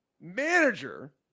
manager